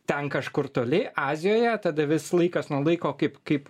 ten kažkur toli azijoje tada vis laikas nuo laiko kaip kaip